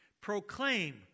proclaim